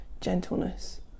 gentleness